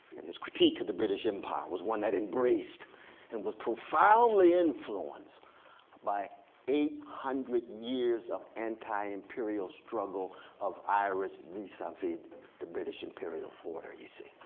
and his critique of the british empire was one that embraced and was profoundly influenced by eight hundred years of anti-imperial struggle of irish vis-a-vis the british imperial border. you see?